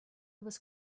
was